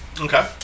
Okay